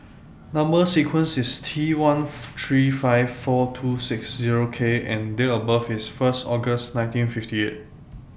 Number sequence IS T one three five four two six Zero K and Date of birth IS First August nineteen fifty eight